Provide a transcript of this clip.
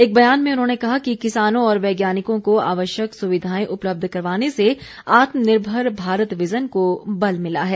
एक बयान में उन्होंने कहा कि किसानों और वैज्ञानिकों को आवश्यक सुविधाएं उपलब्ध करवाने से आत्मनिर्भर भारत विजन को बल मिला है